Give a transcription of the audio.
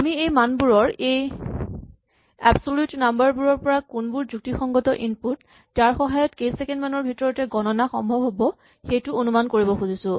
আমি এই মানবোৰৰ এই এবচলোট নাম্বাৰ বোৰৰ পৰা কোনবোৰ যুক্তিসংগত ইনপুট যাৰ সহায়ত কেই ছেকেণ্ড মানৰ ভিতৰতে গণনা সম্ভৱ হ'ব আমি সেইটো অনুমান কৰিব খুজিছো